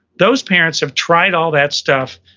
those parents have tried all that stuff,